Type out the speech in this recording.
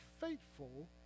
faithful